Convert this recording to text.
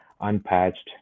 unpatched